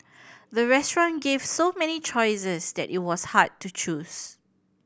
the restaurant gave so many choices that it was hard to choose